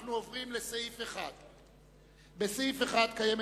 אנחנו עוברים לסעיף 1. לסעיף 1 קיימת